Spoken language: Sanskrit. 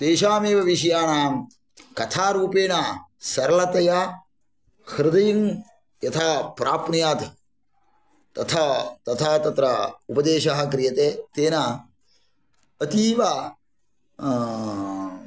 तेषामेव विषयाणां कथारूपेण सरलतया हृदिं यथा प्राप्नुयात् तथा तथा तत्र उपदेशः क्रियते तेन अतीव